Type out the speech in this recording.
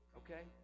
okay